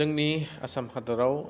जोंनि आसाम हादराव